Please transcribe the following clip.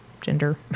gender